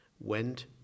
went